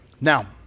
Now